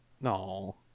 No